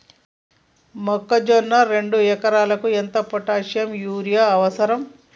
మొక్కజొన్న రెండు ఎకరాలకు ఎంత పొటాషియం యూరియా అవసరం?